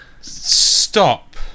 Stop